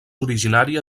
originària